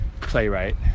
playwright